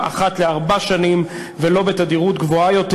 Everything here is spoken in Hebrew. אחת לארבע שנים ולא בתדירות גבוהה יותר.